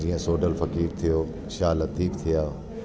जीअं सोडल फ़कीत थियो शाह लतीफ थिया